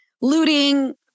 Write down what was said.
looting